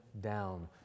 down